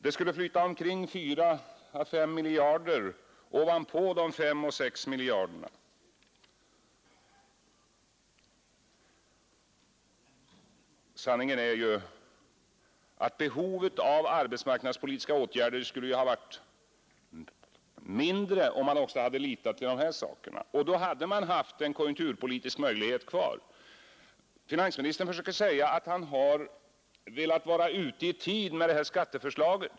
Det skulle flyta omkring fyra fem miljarder kronor ovanpå de fem sex miljarder kronorna. Sanningen är ju att behovet av arbetsmarknadspolitiska åtgärder varit mindre, om man hade litat på våra generella ekonomisk-politiska åtgärder. Då hade man haft en konjunkturpolitisk möjlighet kvar. Finansministern framhåller att han har försökt vara ute i tid med detta skatteförslag.